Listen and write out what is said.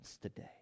today